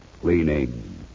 cleaning